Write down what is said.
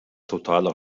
totaler